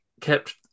kept